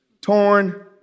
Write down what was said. Torn